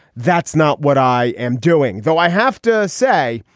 that's not what i am doing. though i have to say,